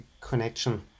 connection